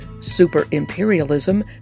Super-Imperialism